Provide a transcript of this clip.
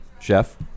Chef